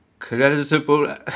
Creditable